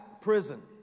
Prison